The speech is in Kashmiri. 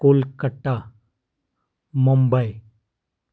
کولکَٹا مُمباے